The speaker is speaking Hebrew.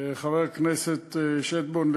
חבר הכנסת שטבון,